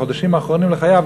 בחודשים האחרונים לחייו,